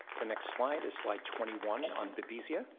the next slide is slide twenty one on babesia,